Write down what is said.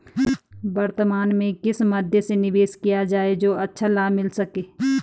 वर्तमान में किस मध्य में निवेश किया जाए जो अच्छा लाभ मिल सके?